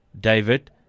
David